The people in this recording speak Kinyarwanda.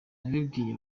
nabibwiye